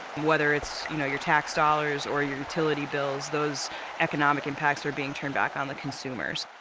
whether it's you know your tax dollars or your utility bills, those economic impacts are being turned back on the consumers.